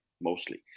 mostly